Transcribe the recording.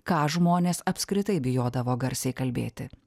ką žmonės apskritai bijodavo garsiai kalbėti